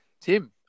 Tim